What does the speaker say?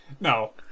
No